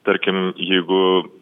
tarkim jeigu